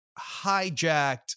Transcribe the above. hijacked